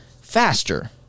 faster